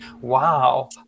wow